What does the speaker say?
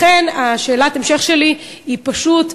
לכן, שאלת ההמשך שלי היא פשוט: